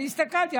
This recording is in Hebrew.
אני הסתכלתי,